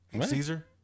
Caesar